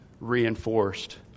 reinforced